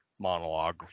monologue